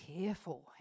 careful